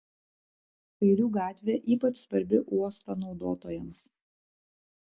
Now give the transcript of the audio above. kairių gatvė ypač svarbi uosto naudotojams